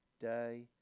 day